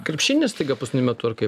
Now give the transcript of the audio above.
krepšinį staiga paskutiniu metu ar kaip